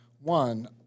One